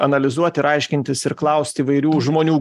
analizuot ir aiškintis ir klaust įvairių žmonių